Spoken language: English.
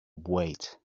wait